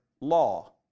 Law